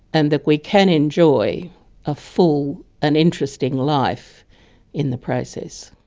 and that we can enjoy a full and interesting life in the process.